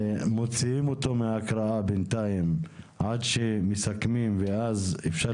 מוציאים אותו מההקראה בנתיים עד שמסכמים ואז אפשר